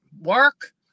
work